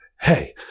hey